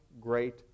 great